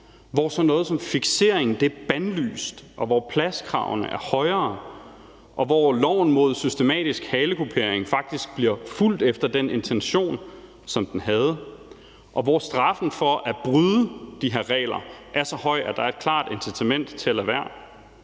hvor sådan noget som fiksering er bandlyst, hvor pladskravene er højere, hvor loven mod systematisk halekupering faktisk bliver fulgt efter den intention, som den havde, og hvor straffen for at bryde de her regler er så høj, at der er et klart incitament til at lade være.